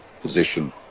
position